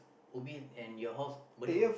Ubin and your house Bedok